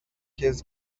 کِز